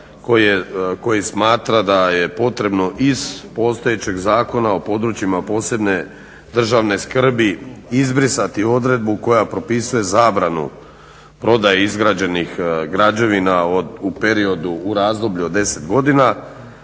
koji smatra da je potrebno iz postojećeg Zakona o područjima posebne državne skrbi izbrisati odredbu koja propisuje zabranu prodaje izgrađenih građevina u razdoblju od 10 godina